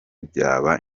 byaba